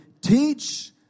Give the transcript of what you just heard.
teach